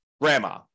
grandma